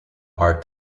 part